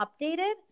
updated